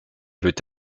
veut